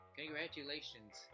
congratulations